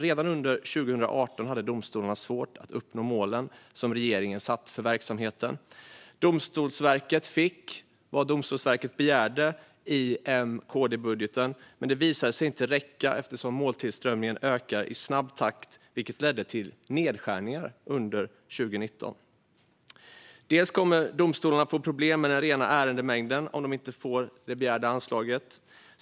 Redan under 2018 hade domstolarna svårt att nå målen som regeringen hade satt upp för verksamheten. Domstolsverket fick i M-KD-budgeten vad man begärde. Men det visade sig inte räcka då måltillströmningen ökar i snabb takt. Det ledde till nedskärningar under 2019. Domstolarna kommer att få problem med den rena ärendemängden om de inte får det begärda anslaget.